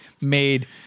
made